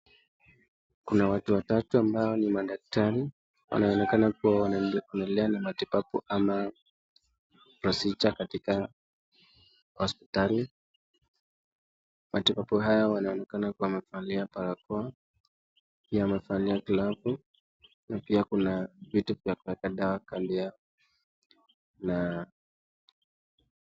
Kuna watu watatu ambao ni madaktari, wanaonekana kuwa wanaendelea na matibabu ama procidure katika hospitali, watibabu hao wanaonekana kuwa wamevalia barakoa pia wamevalia glavu na pia kuna vitu za kuwekelea dawa kando yao.